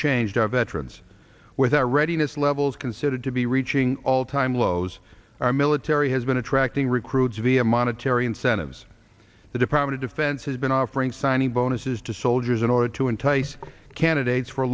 changed our veterans with our readiness levels considered to be reaching all time lows our military has been attracting recruits via monetary incentives the department of defense has been offering signing bonuses to soldiers in order to entice candidates for